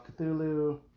Cthulhu